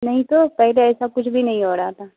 نہیں تو پہلے ایسا کچھ بھی نہیں ہو رہا تھا